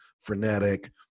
frenetic